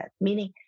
meaning